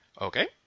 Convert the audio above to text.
Okay